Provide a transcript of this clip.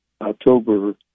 October